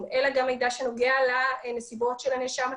אלא גם מידע שנוגע לנסיבות הנאשם עצמו.